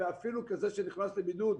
ואפילו כזה שנכנס לבידוד,